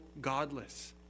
godless